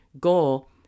goal